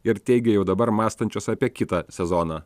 ir teigė jau dabar mąstančios apie kitą sezoną